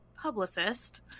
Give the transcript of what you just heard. publicist